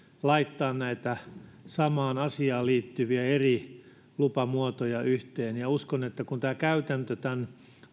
laittaa näitä samaan asiaan liittyviä eri lupamuotoja yhteen uskon että kun tämä käytäntö tämän